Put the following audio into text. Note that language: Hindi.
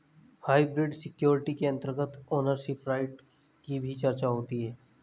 हाइब्रिड सिक्योरिटी के अंतर्गत ओनरशिप राइट की भी चर्चा होती है